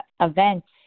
events